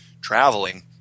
traveling